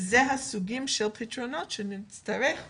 ואלה הסוגים של פתרונות שנצטרך למצוא.